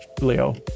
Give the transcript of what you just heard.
Leo